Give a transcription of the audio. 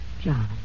John